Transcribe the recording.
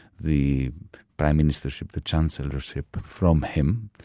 the prime ministership, the chancellorship from him,